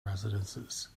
residences